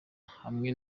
hamwe